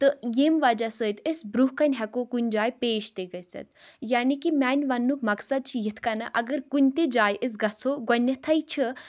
تہٕ ییٚمہِ وجہ سۭتۍ أسۍ برٛونٛہہ کَنہِ ہیٚکو کُنہِ جایہِ پیش تہِ گٔژھِتھ یعنی کہِ میٛانہِ وَننُک مقصد چھُ یِتھٕ کٔنۍ اَگَر کُنہِ تہِ جایہِ أسۍ گَژھو گۄڈنٮ۪تھٕے چھِ